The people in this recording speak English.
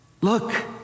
Look